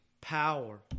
power